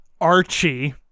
Archie